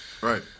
Right